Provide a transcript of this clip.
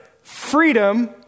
freedom